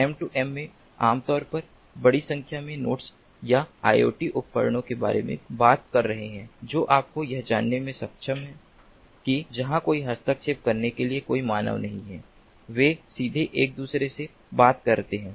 M2M में हम आम तौर पर बड़ी संख्या में नोड्स या IoT उपकरणों के बारे में बात कर रहे हैं जो आपको यह जानने में सक्षम हैं कि जहां कोई हस्तक्षेप करने के लिए कोई मानव नहीं है वे सीधे एक दूसरे से बात करते हैं